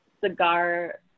cigar